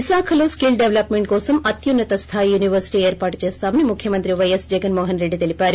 విశాఖలో skill development కోసం అత్యున్న తస్టాయి university ఏర్పాటు చేస్తామని ముఖ్యమంత్రి పైఎస్ జగన్మోహన్రెడ్డి తెలిపారు